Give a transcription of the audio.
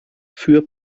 für